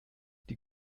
die